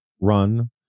run